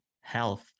health